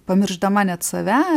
pamiršdama net save